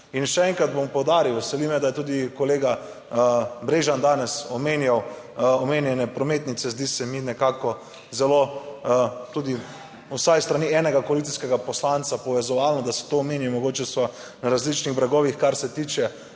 in še enkrat bom poudaril, veseli me, da je tudi kolega Brežan danes omenjal omenjene prometnice, zdi se mi nekako zelo tudi vsaj s strani enega koalicijskega poslanca povezovalno, da se to omeni. Mogoče so na različnih bregovih, kar se tiče